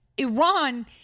Iran